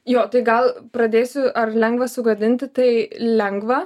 jo tai gal pradėsiu ar lengva sugadinti tai lengva